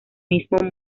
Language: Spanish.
mismo